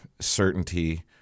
certainty